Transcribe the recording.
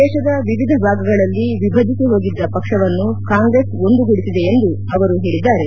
ದೇಶದ ವಿವಿಧ ಭಾಗಗಳಲ್ಲಿ ವಿಭಜಿಸಿ ಹೋಗಿದ್ದ ಪಕ್ಷವನ್ನು ಕಾಂಗ್ರೆಸ್ ಒಂದುಗೂಡಿಸಿದೆ ಎಂದು ಅವರು ಹೇಳಿದರು